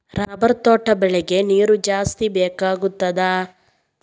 Rubber ತೋಟ ಬೆಳೆಗೆ ನೀರು ಜಾಸ್ತಿ ಬೇಕಾಗುತ್ತದಾ?